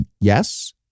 Yes